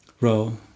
row